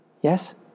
Yes